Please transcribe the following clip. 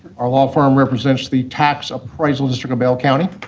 or law firm represents the tax appraisal district of bell county,